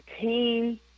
team